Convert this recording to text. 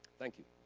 thank you.